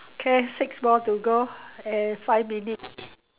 K six more to go and five minute